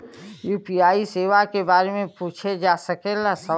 UPI सेवा के बारे में पूछ जा सकेला सवाल?